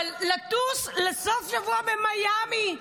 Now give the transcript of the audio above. אבל לטוס לסוף שבוע במיאמי.